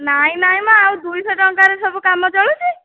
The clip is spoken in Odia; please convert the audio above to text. ନାଇ ନାଇ ମ ଆଉ ଦୁଇଶହ ଟଙ୍କାରେ ସବୁ କାମ ଚଳୁଛି